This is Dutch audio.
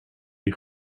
die